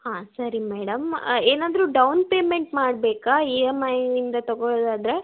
ಹಾಂ ಸರಿ ಮೇಡಮ್ ಏನಾದರು ಡೌನ್ ಪೇಮೆಂಟ್ ಮಾಡಬೇಕಾ ಇ ಎಮ್ ಐಯಿಂದ ತೊಗೊಳ್ಳೋದಾದ್ರೆ